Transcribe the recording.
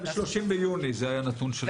ב-30 ביוני זה היה הנתון.